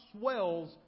swells